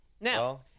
now